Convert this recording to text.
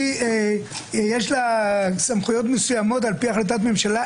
שיש לה סמכויות מסוימות על פי החלטת ממשלה,